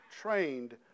trained